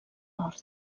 nord